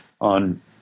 on